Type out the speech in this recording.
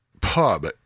pub